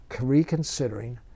reconsidering